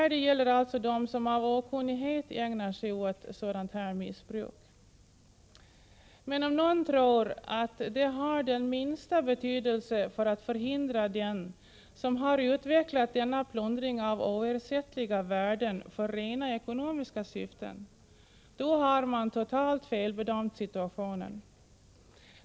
Detta gäller alltså dem som av okunnighet ägnar sig åt missbruket. Men om någon tror att informationen har den minsta betydelse för att förhindra den som har utvecklat denna plundring av oersättliga värden till en verksamhet som skall tillgodose rent ekonomiska syften, då har man totalt felbedömt situationen.